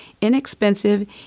inexpensive